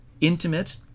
intimate